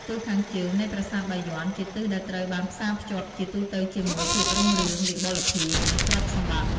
ទិសខាងជើងនៃប្រាសាទបាយ័ន ជាទិសដែលត្រូវបានផ្សារភ្ជាប់ជាទូទៅជាមួយ ភាពរុងរឿង វិបុលភាព និងទ្រព្យសម្បត្តិ។